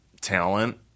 talent